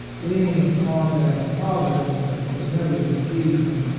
lean ing upon that providence that never deceived him.